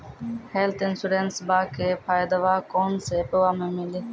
Health इंश्योरेंसबा के फायदावा कौन से ऐपवा पे मिली?